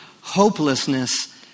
Hopelessness